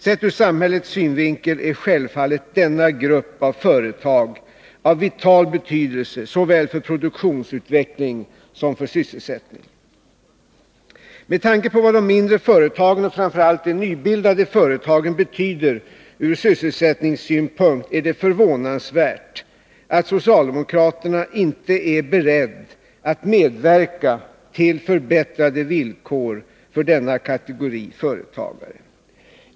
Sett ur samhällets synvinkel är självfallet denna grupp av företag av vital betydelse såväl för produktionsutveckling som för sysselsättning. Med tanke på vad de mindre företagen, och framför allt de nybildade företagen, betyder ur sysselsättningssynpunkt är det förvånansvärt att socialdemokraterna inte är beredda att medverka till förbättrade villkor för denna kategori företagare.